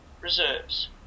reserves